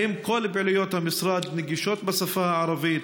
1. האם כל פעילויות המשרד נגישות בשפה הערבית?